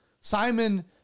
Simon